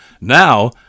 now